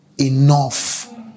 enough